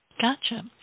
Gotcha